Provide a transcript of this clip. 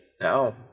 Now